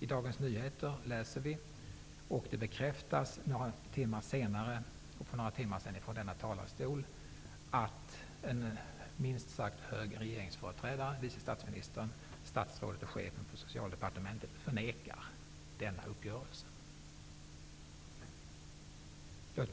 I Dagens Nyheter läser vi -- och det bekräftades för några timmar sedan från denna talarstol -- att en minst sagt högt placerad regeringsföreträdare, vice statsministern, statsrådet och chefen för Socialdepartementet förnekar denna uppgörelse.